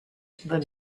than